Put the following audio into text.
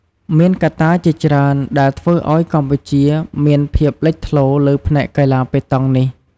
មានកត្តាជាច្រើនដែលធ្វើឱ្យកម្ពុជាមានភាពលេចធ្លោលើផ្នែកកីឡាប៉េតង់នេះ។